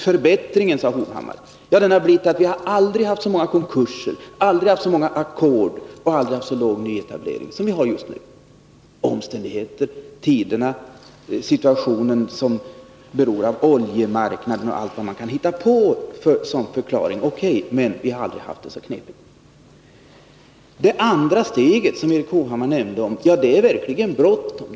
Förbättring, sade Erik Hovhammar — resultatet har blivit att vi aldrig haft så många konkurser, aldrig så många ackord och aldrig så låg nyetablering som vi har just nu. Man kan peka på omständigheterna, de dåliga tiderna, situationen på oljemarknaden och allt vad man kan hitta på för förklaringar. O.K. — vi har aldrig haft det så knepigt. När det gäller det andra steg som Erik Hovhammar nämnde, så är det verkligen bråttom.